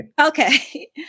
Okay